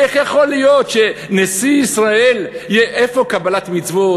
איך יכול להיות שנשיא ישראל, איפה קבלת מצוות?